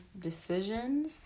decisions